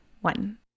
one